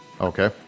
Okay